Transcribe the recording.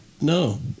No